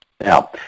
Now